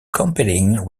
compelling